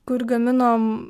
kur gaminom